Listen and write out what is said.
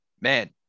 man